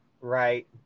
right